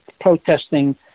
protesting